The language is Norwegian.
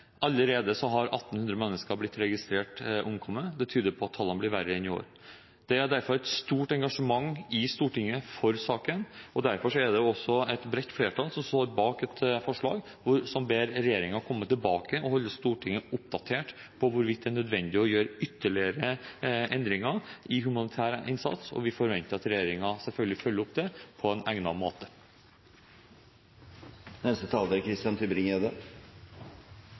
Allerede har 1 800 mennesker blitt registrert omkommet. Det tyder på at tallene blir verre enn i fjor. Det er derfor et stort engasjement i Stortinget for saken, og derfor er det også et bredt flertall som står bak et forslag som ber regjeringen komme tilbake og holde Stortinget oppdatert på hvorvidt det er nødvendig å gjøre ytterligere endringer i den humanitære innsatsen. Vi forventer selvfølgelig at regjeringen følger opp det på en egnet måte. Regjeringen bidrar aktivt for å avhjelpe flyktningkatastrofen i Middelhavet. Det er